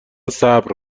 صبر